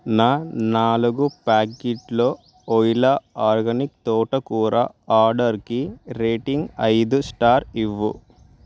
నా నాలుగు ప్యాకెట్లో వోయిలా ఆర్గానిక్ తోటకూర ఆర్డర్కి రేటింగ్ ఐదు స్టార్ ఇవ్వు